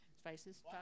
Spices